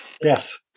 yes